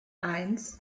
eins